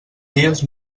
dies